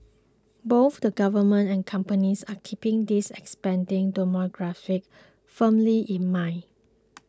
both the government and companies are keeping this expanding demographic firmly in mind